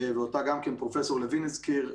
ואותה פרופ' לוין גם כן הזכיר,